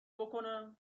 بکنم